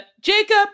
Jacob